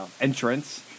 entrance